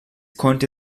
konnte